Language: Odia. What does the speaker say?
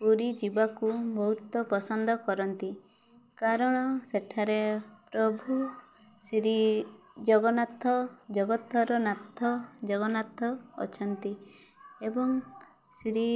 ପୁରୀ ଯିବାକୁ ବହୁତ ପସନ୍ଦ କରନ୍ତି କାରଣ ସେଠାରେ ପ୍ରଭୁ ଶ୍ରୀ ଜଗନ୍ନାଥ ଜଗତର ନାଥ ଜଗନ୍ନାଥ ଅଛନ୍ତି ଏବଂ ଶ୍ରୀ